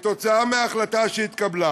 כתוצאה מההחלטה שהתקבלה